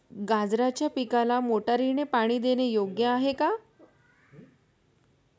गाजराच्या पिकाला मोटारने पाणी देणे योग्य आहे का?